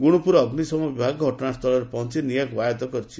ଗୁଣୁପୁର ଅଗ୍ନିଶମ ବିଭାଗ ଘଟଣାସ୍ଚଳରେ ପହଞ୍ ନିଆଁକୁ ଆୟତ କରିଛି